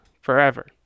forever